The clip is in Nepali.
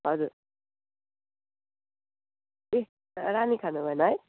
हजुर ए रानी खानु भएन है